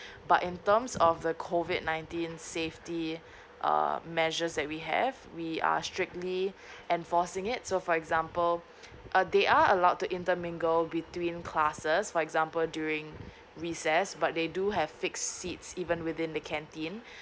but in terms of the COVID nineteen safety uh measures that we have we are strictly enforcing it so for example uh they are allowed to intermingle between classes for example during recess but they do have fixed sits even within the canteen